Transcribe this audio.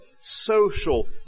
social